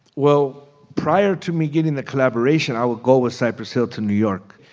well, prior to me getting the collaboration, i would go with cypress hill to new york.